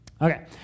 Okay